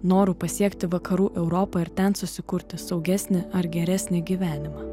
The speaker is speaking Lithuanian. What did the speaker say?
noru pasiekti vakarų europą ir ten susikurti saugesnį ar geresnį gyvenimą